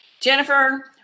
Jennifer